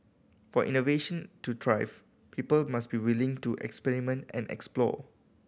for innovation to thrive people must be willing to experiment and explore